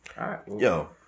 yo